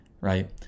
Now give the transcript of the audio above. right